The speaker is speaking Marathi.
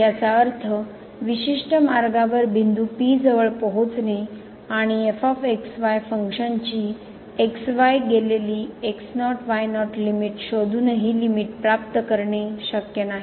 याचा अर्थ विशिष्ट मार्गावर बिंदू P जवळ पोहोचणे आणि f x y फंक्शनची x y गेलेली x0 y0 लिमिट शोधूनही लिमिट प्राप्त करणे शक्य नाही